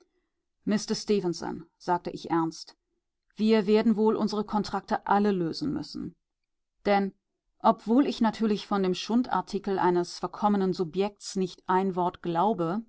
sagte ich ernst wir werden wohl unsere kontrakte alle lösen müssen denn obwohl ich natürlich von dem schundartikel eines verkommenen subjekts nicht ein wort glaube